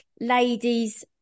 ladies